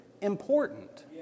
important